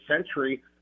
century